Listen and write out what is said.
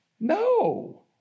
no